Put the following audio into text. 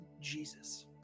Jesus